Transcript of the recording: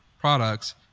products